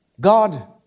God